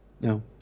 no